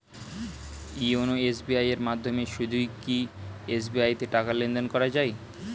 YONO SBI এর মাধ্যমে শুধুই কি এস.বি.আই তে টাকা লেনদেন করা যায়?